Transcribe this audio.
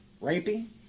raping